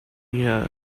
here